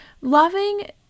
loving